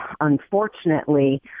unfortunately